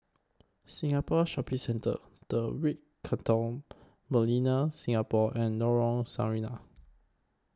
Singapore Shopping Centre The Ritz Carlton Millenia Singapore and Lorong Sarina